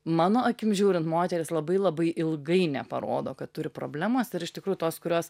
mano akim žiūrint moteris labai labai ilgai neparodo kad turi problemas ir iš tikrųjų tos kurios